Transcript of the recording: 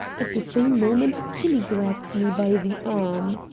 at the same moment kinney grabbed me by the arm.